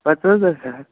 پَتہٕ ووت حظ حساب